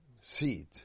seed